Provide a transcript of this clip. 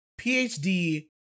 PhD